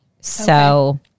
So-